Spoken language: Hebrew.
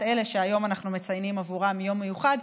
אלה שהיום אנחנו מציינים בעבורם יום מיוחד,